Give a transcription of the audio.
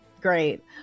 great